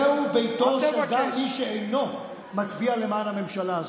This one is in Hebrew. זה ביתו גם של מי שאינו מצביע למען הממשלה הזאת,